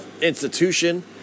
Institution